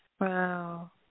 Wow